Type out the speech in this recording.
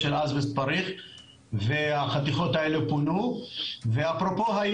והיום זה לא קיים, אני מבין.